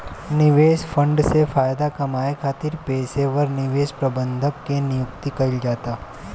निवेश फंड से फायदा कामये खातिर पेशेवर निवेश प्रबंधक के नियुक्ति कईल जाता